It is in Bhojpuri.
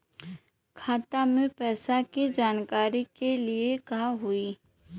खाता मे पैसा के जानकारी के लिए का होई?